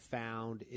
found